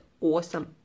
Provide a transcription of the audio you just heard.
awesome